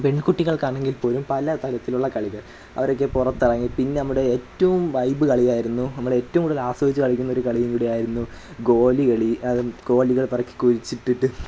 പെൺകുട്ടികൾക്കാണെങ്കിൽപ്പോ ലും പല തരത്തിലുള്ള കളികൾ അവരൊക്കെ പുറത്തിറങ്ങി പിന്നെ നമ്മുടെ ഏറ്റവും വൈബ് കളിയായിരുന്നു നമ്മളേറ്റവും കൂടുതലാസ്വദിച്ചു കളിക്കുന്നൊരു കളിയും കൂടിയായിരുന്നു ഗോലികളി അതും ഗോലികൾ പെറുക്കി കുഴിച്ചിട്ടിട്ട്